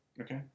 Okay